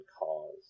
cause